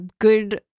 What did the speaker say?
good